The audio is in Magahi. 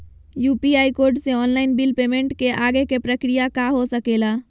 यू.पी.आई कोड से ऑनलाइन बिल पेमेंट के आगे के प्रक्रिया का हो सके ला?